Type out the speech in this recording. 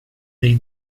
dei